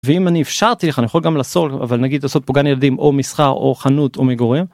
ואם אני אפשרתי לך נכון גם לעשות אבל נגיד לעשות פה גם ילדים או מסחר או חנות או מגורים.